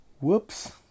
Whoops